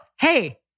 Hey